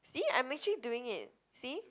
see I'm actually doing it see